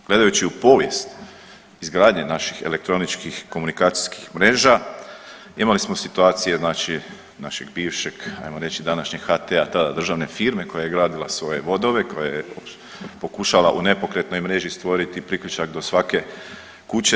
Gledajući u povijest izgradnje naših elektroničkih komunikacijskih mreža, imali smo situacije našeg bivšeg ajmo reći današnjeg HT-a tada državne firme koja je gradila svoje vodove, koja je pokušala u nepokretnoj mreži stvoriti priključak do svake kuće.